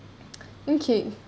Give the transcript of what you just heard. okay